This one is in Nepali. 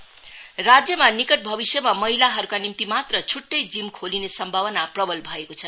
जीम सिक्किम राज्यमा निकट भविष्यमा महिलाहरूका निम्ति मात्र छुट्टै जिम खोलिने सम्भावना प्रबल भएको छ